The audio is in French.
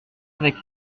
avec